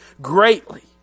greatly